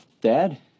Dad